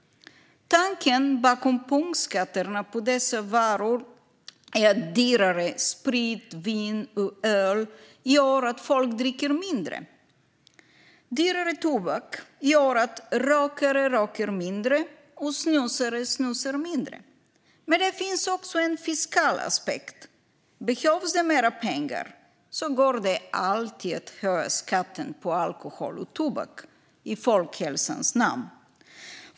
Tanken bakom punktskatterna på dessa varor är att dyrare sprit, vin och öl gör att folk dricker mindre, dyrare tobak gör att rökare röker mindre och snusare snusar mindre. Men det finns också en fiskal aspekt. Behövs mer pengar går det alltid att höja skatten på alkohol och tobak i folkhälsans namn.